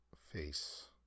face